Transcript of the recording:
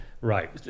Right